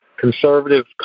conservative